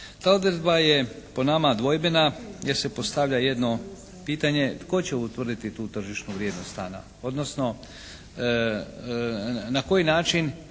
Ta odredba je po nama dvojbena jer se postavlja jedno pitanje tko će utvrditi tu tržišnu vrijednost stana odnosno na koji način